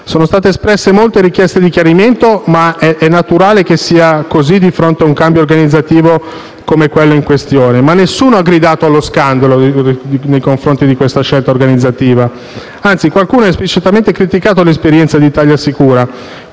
Sono state espresse molte richieste di chiarimento, ma è naturale che sia così, di fronte a un cambio organizzativo come quello in questione. Tuttavia nessuno ha gridato allo scandalo nei confronti di questa scelta organizzativa; anzi, qualcuno ha esplicitamente criticato l'esperienza di ItaliaSicura,